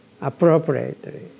appropriately